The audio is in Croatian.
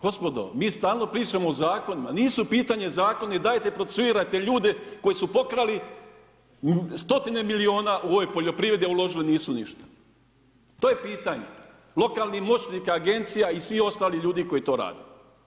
Gospodo, mi stalno pričamo o zakonima, nisu u pitanju zakoni, dajte procesuirajte ljude koji su pokrali stotine milijuna u ovoj poljoprivredi, a uložili nisu ništa, to je pitanje, lokalnih moćnika, agencija i svih ostalih ljudi koji to rade.